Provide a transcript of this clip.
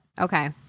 Okay